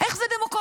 איך זה דמוקרטי?